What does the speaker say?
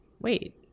wait